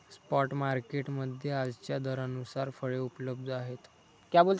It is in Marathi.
स्पॉट मार्केट मध्ये आजच्या दरानुसार फळे उपलब्ध आहेत